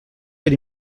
per